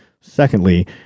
Secondly